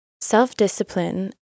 Self-discipline